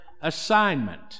assignment